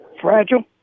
Fragile